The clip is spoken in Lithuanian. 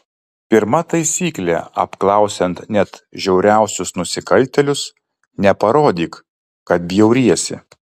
pirma taisyklė apklausiant net žiauriausius nusikaltėlius neparodyk kad bjauriesi